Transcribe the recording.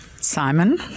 Simon